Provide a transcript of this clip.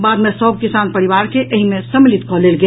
बाद मे सभ किसान परिवार के एहि मे सम्मिलित कऽ लेल गेल